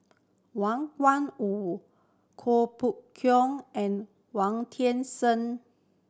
Wang Gungwu Kuo and Wong Seng